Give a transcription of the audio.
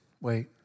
wait